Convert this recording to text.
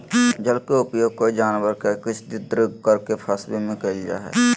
जल के उपयोग कोय जानवर के अक्स्र्दित करके फंसवे में कयल जा हइ